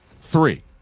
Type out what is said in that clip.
three